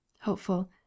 hopeful